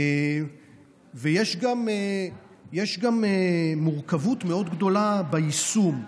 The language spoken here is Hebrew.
ויש גם מורכבות מאוד גדולה ביישום,